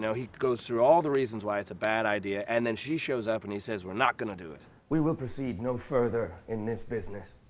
he goes through all the reasons why it's a bad idea. and then she shows up and he says, we're not gonna do it! we will proceed no further in this business.